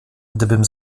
gdybym